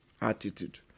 attitude